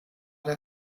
der